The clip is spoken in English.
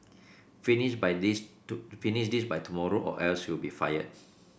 finish by this to finish this by tomorrow or else you'll be fired